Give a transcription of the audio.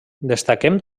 destaquem